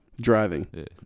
Driving